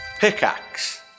Pickaxe